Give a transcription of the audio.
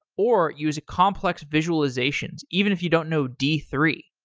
or use complex visualizations even if you don't know d three.